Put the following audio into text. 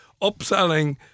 Upselling